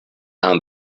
and